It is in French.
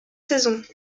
saisons